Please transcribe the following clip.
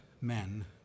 men